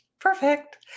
Perfect